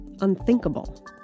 unthinkable